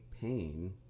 pain